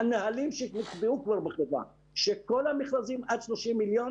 הנהלים שנקבעו בבחרה שכל המכרזים עד 30 מיליון,